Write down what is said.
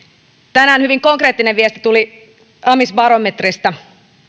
tänään hyvin konkreettinen viesti tuli amisbarometrista